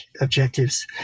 objectives